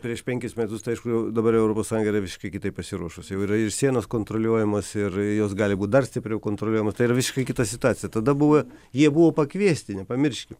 prieš penkis metus tai aišku dabar europos sąjunga yra visiškai kitaip pasiruošusi jau yra ir sienos kontroliuojamos ir jos gali būt dar stipriau kontroliuojamos tai yra visiškai kita situacija tada buvo jie buvo pakviesti nepamirškim